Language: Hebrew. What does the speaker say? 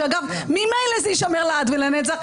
שאגב ממילא זה יישמר לעד ולנצח,